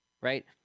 right